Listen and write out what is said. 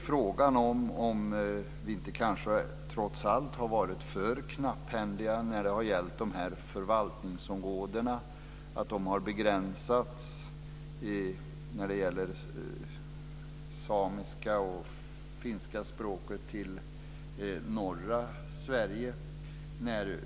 Frågan är om vi inte trots allt har varit för knapphändiga när det gäller förvaltningsområdena. När det gäller samiska och finska har de begränsats till norra Sverige.